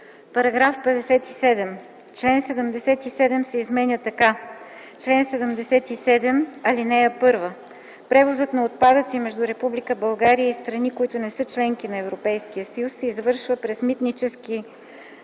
§ 57. Член 77 се изменя така: „Чл. 77. (1) Превозът на отпадъци между Република България и страни, които не са членки на Европейския съюз, се извършва през митнически